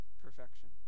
perfection